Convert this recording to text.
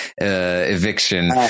eviction